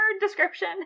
description